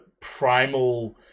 primal